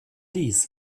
dies